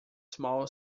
small